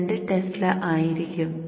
2 Tesla ആയിരിക്കും